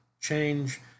change